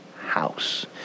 house